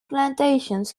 plantations